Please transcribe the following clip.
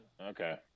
Okay